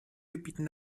gebieten